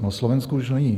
Ne, Slovensko už není.